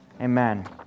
Amen